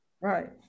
Right